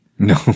No